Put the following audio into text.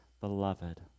beloved